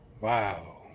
Wow